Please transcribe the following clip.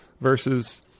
versus